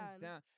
down